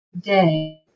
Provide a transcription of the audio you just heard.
day